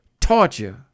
torture